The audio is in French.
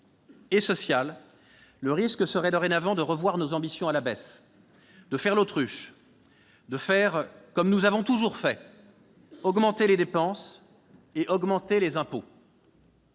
et sociale, le risque serait dorénavant de revoir nos ambitions à la baisse, de faire l'autruche, de faire comme nous avons toujours fait, à savoir augmenter les dépenses et les impôts.